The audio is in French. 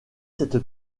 cette